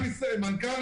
ומנכ"ל